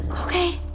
okay